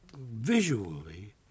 visually